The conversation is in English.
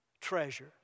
treasure